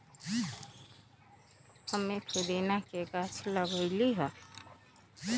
हम्मे पुदीना के गाछ लगईली है